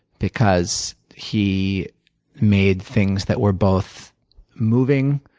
because he made things that were both moving,